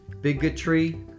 bigotry